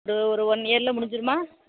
ஒரு ஒரு ஒன் இயரில் முடிஞ்சுருமா